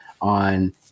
on